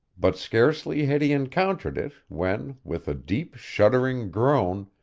but scarcely had he encountered it, when, with a deep, shuddering groan,